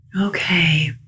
Okay